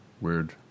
weird